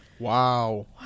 Wow